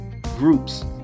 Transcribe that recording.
groups